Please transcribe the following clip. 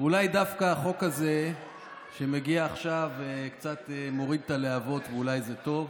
ואולי דווקא החוק הזה שמגיע עכשיו קצת מוריד את הלהבות ואולי זה טוב.